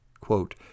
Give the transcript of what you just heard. quote